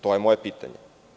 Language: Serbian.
To je moje pitanje.